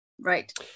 right